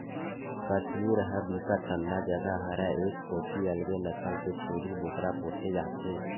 कस्मीर ह बिकट ठंडा जघा हरय ए कोती अलगे नसल के छेरी बोकरा पोसे जाथे